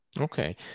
Okay